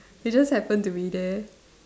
they just happen to be there